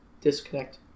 disconnect